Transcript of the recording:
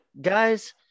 Guys